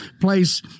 place